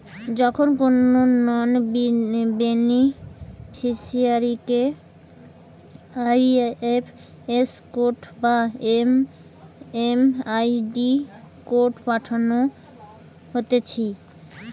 যখন কোনো নন বেনিফিসারিকে আই.এফ.এস কোড বা এম.এম.আই.ডি কোড পাঠানো হতিছে